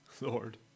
Lord